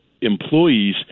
employees